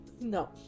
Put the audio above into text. no